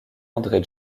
andré